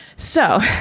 so.